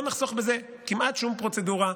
לא נחסוך בזה כמעט שום פרוצדורה,